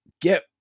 get